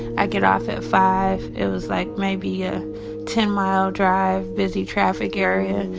i get off at five. it was, like, maybe a ten mile drive, busy traffic area.